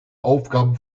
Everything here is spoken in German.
aufgaben